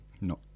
No